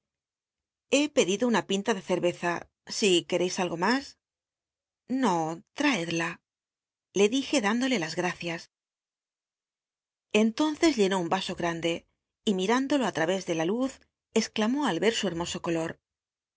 he pedido una pinta de ceneza si queréis algo mas no lmcula le dije d imlole las gacias entonces llenó un mso gmnd e y mir imlolo tarós de la hz exclanló al i'cl su heuoso color